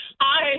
Hi